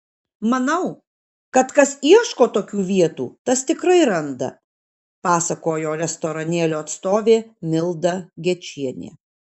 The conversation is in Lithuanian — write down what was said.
manau kad kas ieško tokių vietų tas tikrai randa pasakojo restoranėlio atstovė milda gečienė